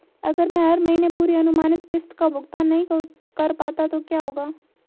अगर मैं हर महीने पूरी अनुमानित किश्त का भुगतान नहीं कर पाता तो क्या होगा?